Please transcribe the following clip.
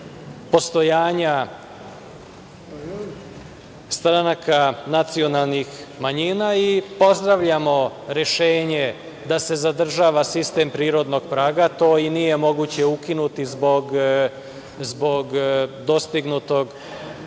postojanja stranaka nacionalnih manjina, i pozdravljamo rešenje da se zadržava sistem prirodnog praga. To i nije moguće ukinuti zbog dostignutog